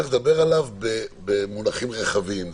צריך לדבר עליו במונחים רחבים.